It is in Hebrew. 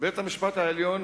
בית-המשפט העליון,